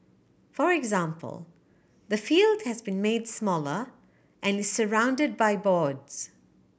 for example the field has been made smaller and is surrounded by boards